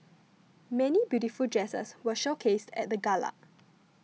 many beautiful dresses were showcased at the gala